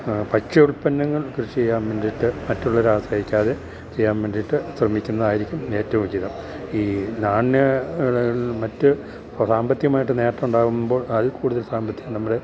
ഭക്ഷ്യ ഉൽപ്പന്നങ്ങൾ കൃഷി ചെയ്യാൻ വേണ്ടിയിട്ട് മറ്റുള്ളവരാശ്രയിക്കാതെ ചെയ്യാൻ വേണ്ടിയിട്ട് ശ്രമിക്കുന്നതായിരിക്കും ഏറ്റവും ഉചിതം ഈ നാണ്യ വിളകൾ മറ്റു സാമ്പത്തികമായിട്ട് നേട്ടം ഉണ്ടാകുമ്പോൾ അതില്ക്കൂടുതൽ സാമ്പത്തികം നമ്മുടെ